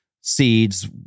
seeds